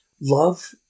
Love